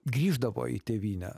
grįždavo į tėvynę